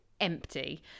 empty